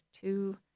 two